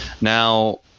Now